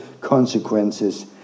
consequences